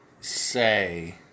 say